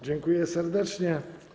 Dziękuję serdecznie.